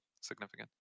significant